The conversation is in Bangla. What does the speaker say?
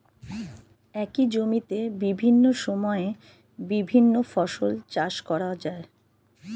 একই জমিতে বিভিন্ন সময়ে বিভিন্ন ফসল চাষ করা যায়